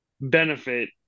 benefit